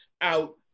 out